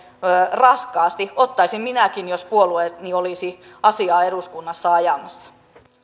raskaasti ottaisin minäkin jos puolueeni olisi asiaa eduskunnassa ajamassa